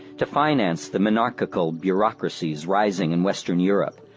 to finance the monarchical bureaucracies rising in western europe,